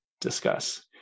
discuss